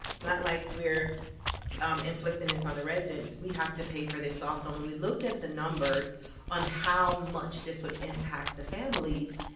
not like we're um inflicting this on the residents. we have to pay for this also, and when we looked at the numbers on how much this would impact the families,